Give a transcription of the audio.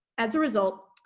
as a result,